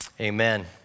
Amen